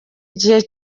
igihe